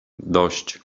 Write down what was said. dość